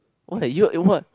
why you eh what